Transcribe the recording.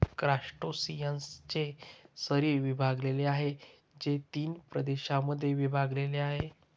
क्रस्टेशियन्सचे शरीर विभागलेले आहे, जे तीन प्रदेशांमध्ये विभागलेले आहे